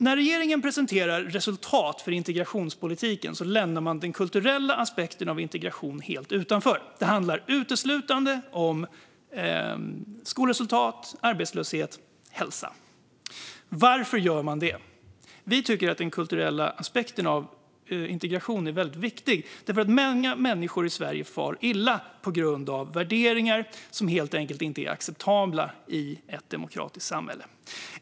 När regeringen presenterar resultat för integrationspolitiken lämnar man den kulturella aspekten av integrationen helt utanför. Det handlar uteslutande om skolresultat, arbetslöshet och hälsa. Varför gör man det? Vi tycker att den kulturella aspekten av integration är väldigt viktig, för många människor i Sverige far illa på grund av värderingar som helt enkelt inte är acceptabla i ett demokratiskt samhälle.